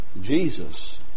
Jesus